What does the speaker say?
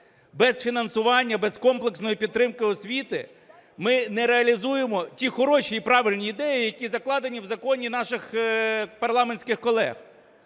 Без фінансування, без комплексної підтримки освіти ми не реалізуємо ті хороші і правильні ідеї, які закладені в законі наших парламентських колег.